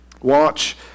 Watch